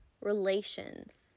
relations